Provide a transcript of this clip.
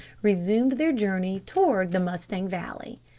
resumed their journey towards the mustang valley.